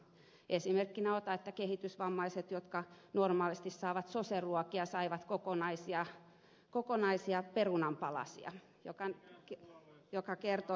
esimerkkinä otan että kehitysvammaiset jotka normaalisti saavat soseruokia saivat kokonaisia perunanpalasia mikä kertoi siitä